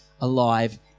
alive